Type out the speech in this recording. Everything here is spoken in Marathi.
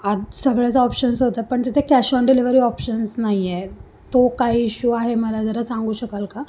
आज सगळ्याचं ऑप्शन्स होतं पण तिथे कॅश ऑन डिलेवरी ऑप्शन्स नाही आहे तो काय इश्यू आहे मला जरा सांगू शकाल का